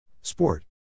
Sport